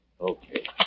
Okay